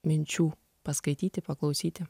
minčių paskaityti paklausyti